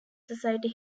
society